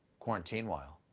quarantine-while,